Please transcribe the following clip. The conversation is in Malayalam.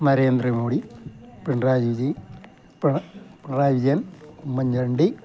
നരേന്ദ്ര മോടി പിൺരാജി വിജി പിണറായി വിജയൻ ഉമ്മൻ ചാണ്ടി